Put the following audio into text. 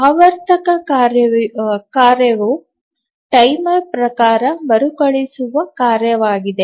ಆವರ್ತಕ ಕಾರ್ಯವು ಟೈಮರ್ ಪ್ರಕಾರ ಮರುಕಳಿಸುವ ಕಾರ್ಯವಾಗಿದೆ